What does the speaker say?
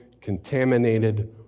contaminated